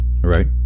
Right